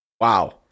Wow